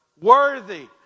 Worthy